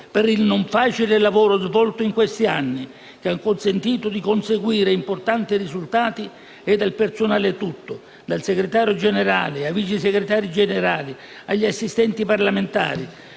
per il non facile lavoro svolto in questi anni, che ha consentito di conseguire importanti risultati, e al personale tutto, dal Segretario Generale, ai Vice Segretari Generali, agli assistenti parlamentari,